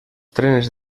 trenes